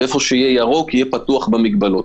והיכן שיהיה ירוק יהיה פתוח עם מגבלות.